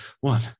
One